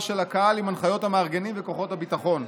של הקהל עם הנחיות המארגנים וכוחות הביטחון.